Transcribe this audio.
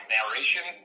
Narration